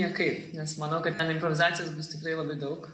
niekaip nes manau kad ten improvizacijos bus tikrai labai daug